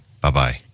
Bye-bye